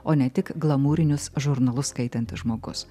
o ne tik glamūrinius žurnalus skaitantis žmogus